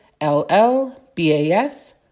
LLBAS